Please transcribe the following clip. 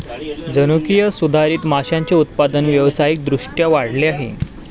जनुकीय सुधारित माशांचे उत्पादन व्यावसायिक दृष्ट्या वाढले आहे